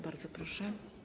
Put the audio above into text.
Bardzo proszę.